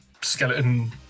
Skeleton